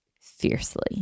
fiercely